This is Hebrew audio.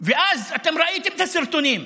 ואז, אתם ראיתם את הסרטונים,